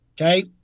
okay